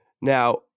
Now